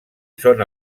són